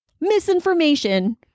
Misinformation